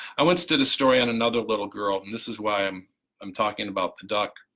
i once did a story on another little girl and this is why i'm i'm talking about the duck